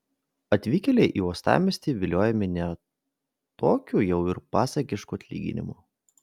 atvykėliai į uostamiestį viliojami ne tokiu jau ir pasakišku atlyginimu